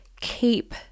keep